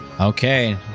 Okay